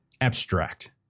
abstract